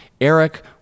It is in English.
Eric